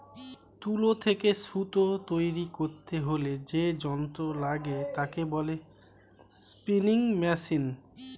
তুলো থেকে সুতো তৈরী করতে হলে যে যন্ত্র লাগে তাকে বলে স্পিনিং মেশিন